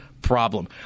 problem